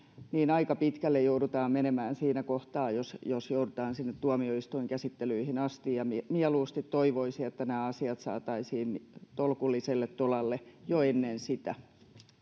aika pitkälle joudutaan menemään siinä kohtaa jos jos joudutaan sinne tuomioistuinkäsittelyihin asti ja mieluusti toivoisi että nämä asiat saataisiin tolkulliselle tolalle jo ennen sitä